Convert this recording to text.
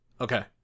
Okay